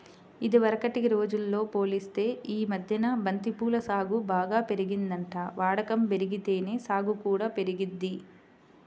ఇదివరకటి రోజుల్తో పోలిత్తే యీ మద్దెన బంతి పూల సాగు బాగా పెరిగిందంట, వాడకం బెరిగితేనే సాగు కూడా పెరిగిద్ది